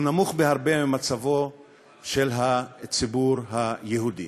הוא נמוך בהרבה ממצבו של הציבור היהודי.